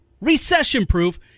recession-proof